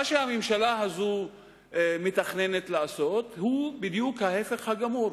מה שהממשלה הזו מתכננת לעשות הוא בדיוק ההיפך הגמור,